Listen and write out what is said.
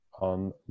on